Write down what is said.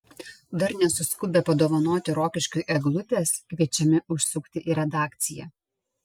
dar nesuskubę padovanoti rokiškiui eglutės kviečiami užsukti į redakciją